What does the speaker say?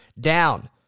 down